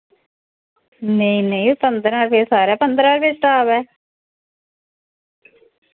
नेईं नेईं पन्दरां रपे सारै पन्दरां रपे स्टाप ऐ